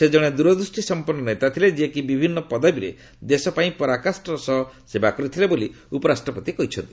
ସେ ଜଣେ ଦ୍ରଦୃଷ୍ଟି ସମ୍ପନ୍ତ ନେତା ଥିଲେ ଯିଏକି ବିଭିନ୍ନ ପଦବୀରେ ଦେଶ ପାଇଁ ପରାକାଷ୍ଠାର ସହ ସେବା କରିଥିଲେ ବୋଲି ଉପରାଷ୍ଟପତି କହିଛନ୍ତି